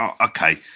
okay